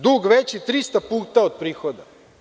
Dug veći 300 puta od prihoda.